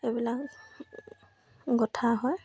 এইবিলাক গথা হয়